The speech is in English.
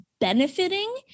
Benefiting